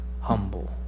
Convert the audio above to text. humble